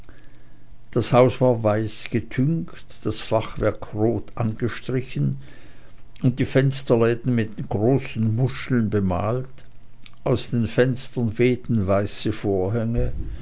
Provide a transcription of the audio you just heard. das haus war weiß getüncht das fachwerk rot angestrichen und die fensterladen mit großen muscheln bemalt aus den fenstern wehten weiße vorhänge